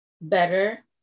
better